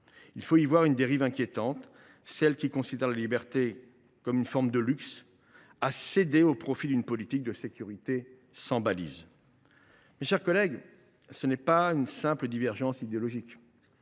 Il faut y voir une dérive inquiétante, celle selon laquelle la liberté serait une forme de luxe à céder au profit d’une politique de sécurité sans balises. Mes chers collègues, ce n’est pas une simple divergence idéologique